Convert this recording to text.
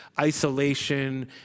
isolation